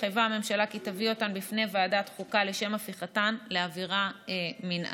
התחייבה הממשלה כי תביא אותן בפני ועדת חוקה לשם הפיכתן לעבירה מינהלית,